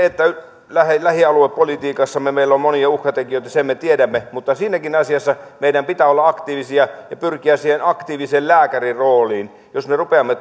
että lähialuepolitiikassamme on monia uhkatekijöitä mutta siinäkin asiassa meidän pitää olla aktiivisia ja pyrkiä siihen aktiivisen lääkärin rooliin jos me rupeamme